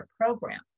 program